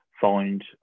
find